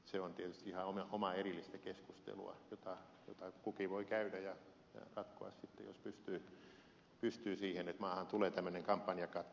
se on tietysti ihan omaa erillistä keskustelua jota kukin voi käydä ja ratkoa sitten jos pystyy siihen että maahan tulee tämmöinen kampanjakatto